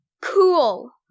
cool